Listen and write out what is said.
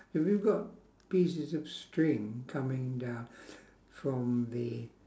so we've got pieces of string coming down from the